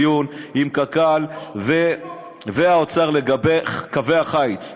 דיון עם קק"ל והאוצר לגבי קווי החיץ,